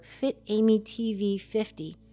FITAMYTV50